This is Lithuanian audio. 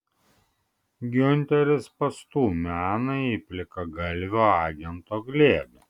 giunteris pastūmė aną į plikagalvio agento glėbį